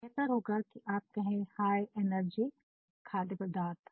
तो बेहतर होगा कि आप कहें हाय एनर्जी खाद्य पदार्थ